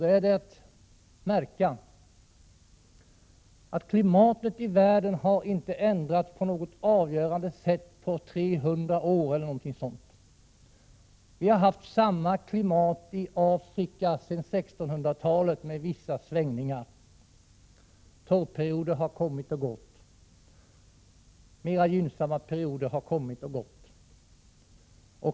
Det är att märka att klimatet i världen inte på ett avgörande sätt har ändrats under de senaste 300 åren. Klimatet i Afrika var, med vissa svängningar, detsamma på 1600-talet som i dag. Torrperioder liksom mer gynnsamma perioder har kommit och gått.